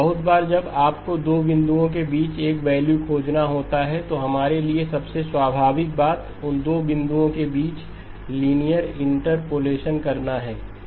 बहुत बार जब आपको दो बिंदुओं के बीच एक वैल्यू खोजना होता है तो हमारे लिए सबसे स्वाभाविक बात उन दो बिंदुओं के बीच लिनियर इंटरपोलेशन करना है